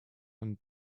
and